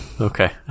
Okay